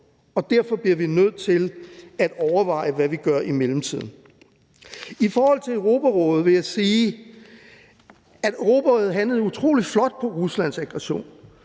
og derfor bliver vi nødt til at overveje, hvad vi gør i mellemtiden. Kl. 18:12 I forhold til Europarådet vil jeg sige, at Europarådet handlede utrolig flot på Ruslands aggression,